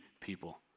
people